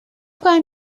کنم